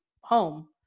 home